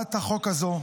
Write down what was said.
בהצעת החוק הזו.